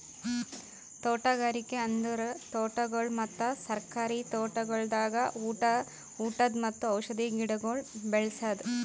ತೋಟಗಾರಿಕೆ ಅಂದುರ್ ತೋಟಗೊಳ್ ಮತ್ತ ಸರ್ಕಾರಿ ತೋಟಗೊಳ್ದಾಗ್ ಉಟದ್ ಮತ್ತ ಔಷಧಿ ಗಿಡಗೊಳ್ ಬೇಳಸದ್